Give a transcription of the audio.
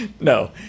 No